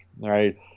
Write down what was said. right